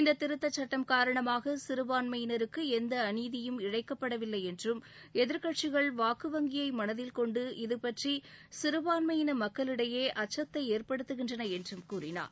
இந்த திருத்தச்சட்டம் காரணமாக சிறபான்மயினருக்கு எந்த அழீதியும் இழைக்கப்படவில்லை என்றும் எதிர்க்கட்சிகள் வாக்கு வங்கியை மனதில் கொண்டு இதுபற்றி சிறுபான்மையினர் மக்களிடையே அச்சத்தை ஏற்படுத்துகின்றன என்றும் கூறினார்